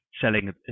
selling